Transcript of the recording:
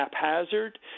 haphazard